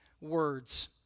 words